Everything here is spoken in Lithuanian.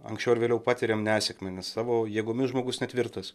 anksčiau ar vėliau patiriam nesėkmę nes savo jėgomis žmogus netvirtas